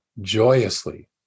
joyously